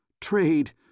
Trade